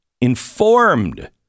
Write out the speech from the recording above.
informed